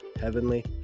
Heavenly